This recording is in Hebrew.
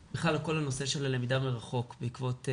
ממשלת נוער שהיא בעצם מורכבת מכל שכבות האוכלוסייה,